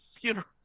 funeral